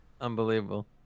unbelievable